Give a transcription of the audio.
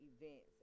events